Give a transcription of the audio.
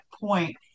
point